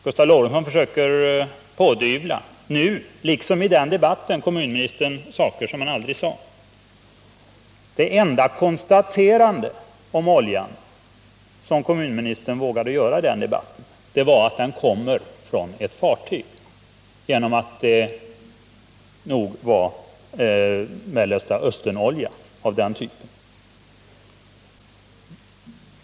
Gustav Lorentzon försöker nu, liksom i den debatten, pådyvla kommunministern saker som han aldrig sade. Det enda konstaterande om oljan som kommunministern vågade göra i debatten var att den kom från ett fartyg, eftersom oljan nog var av Mellersta Östern-typ.